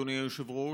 אדוני היושב-ראש,